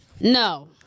no